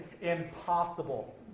impossible